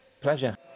Pleasure